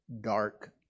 dark